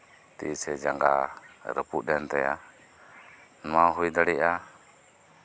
ᱛᱤᱥᱮ ᱡᱟᱸᱜᱟ ᱨᱟᱹᱯᱩᱫ ᱮᱱ ᱛᱟᱭᱟ ᱱᱚᱣᱟ ᱦᱩᱭ ᱫᱟᱲᱮᱭᱟᱜᱼᱟ